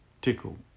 tickle